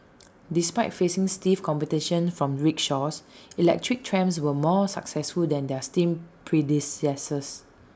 despite facing stiff competition from rickshaws electric trams were more successful than their steam predecessors